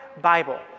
Bible